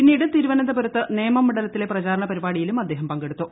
പിന്നീട് തിരുവനന്തപുരത്ത് പ്രനേമം മണ്ഡലത്തിലെ പ്രചാരണ പരിപാടിയിലും അദ്ദേഹ്റൽ പങ്കെടുത്തു